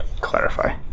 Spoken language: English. clarify